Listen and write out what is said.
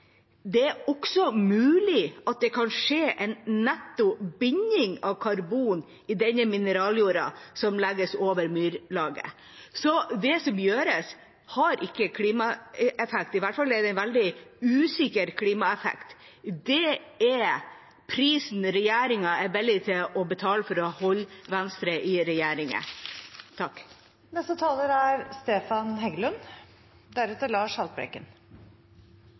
er også mulig at det kan skje en netto binding av karbon i den mineraljorda som legges over myrlaget». Det som gjøres, har ikke klimaeffekt, i hvert fall er det en veldig usikker klimaeffekt. Det er prisen regjeringa er villig til å betale for å holde Venstre i